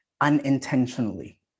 unintentionally